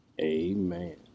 amen